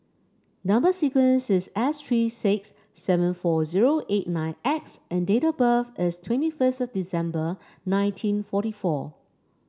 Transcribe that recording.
number sequence is S three six seven four zero eight nine X and date of birth is twenty first of December nineteen fourty four